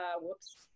Whoops